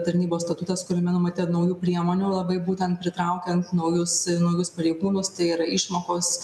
tarnybos statutas kuriame numatyta naujų priemonių labai būtent pritraukiant naujus naujus pareigūnus tai ir išmokos